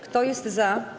Kto jest za?